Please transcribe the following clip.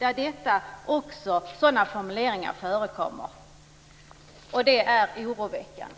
Sådana formuleringar förekommer alltså även där. Det är oroväckande.